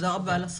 תודה רבה על הזכות.